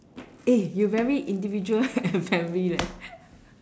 eh you very individual and family leh